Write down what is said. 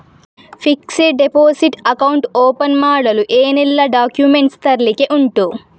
Fixed deposit account open ಮಾಡಲು ಏನೆಲ್ಲಾ documents ತರ್ಲಿಕ್ಕೆ ಉಂಟು?